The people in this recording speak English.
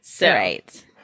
Right